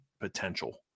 potential